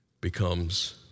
becomes